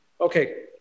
Okay